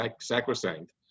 sacrosanct